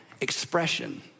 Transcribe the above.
expression